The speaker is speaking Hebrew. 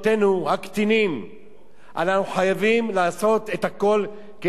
אנחנו חייבים לעשות הכול כדי למצוא את הדרך המשפטית החוקית